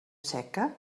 seca